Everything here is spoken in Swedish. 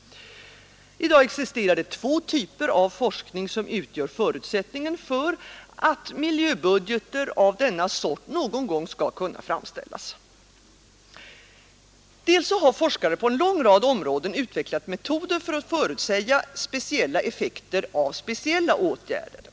I dag existerar två typer av forskning, som utgör förutsättningen för att miljöbudgeter av denna sort någon gång skall kunna framställas. För det första har forskare på en lång rad områden utvecklat metoder för att förutsäga speciella effekter av speciella åtgärder.